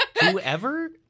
Whoever